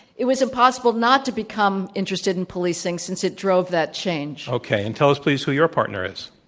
it was impossible not to become interested in policing, since it drove that change. okay. and tell us, please, who your partner is.